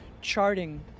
charting